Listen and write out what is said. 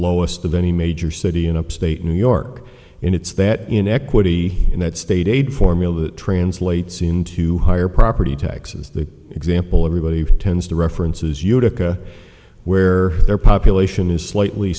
lowest of any major city in upstate new york and it's that inequity and that state aid formula that translates into higher property taxes the example everybody tends to references utica where their population is slightly